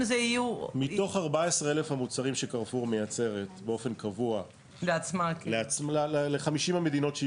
מתוך 14,000 המוצרים ש'קרפור' מייצרת באופן קבוע ל-50 המדינות,